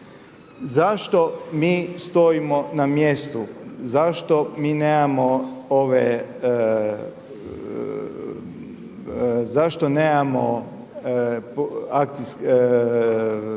Zašto mi stojimo na mjestu? Zašto niste objavili